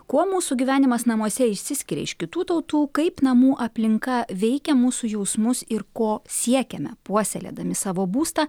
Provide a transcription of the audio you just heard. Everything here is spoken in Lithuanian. kuo mūsų gyvenimas namuose išsiskiria iš kitų tautų kaip namų aplinka veikia mūsų jausmus ir ko siekiame puoselėdami savo būstą